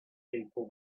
people